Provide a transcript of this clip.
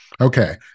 Okay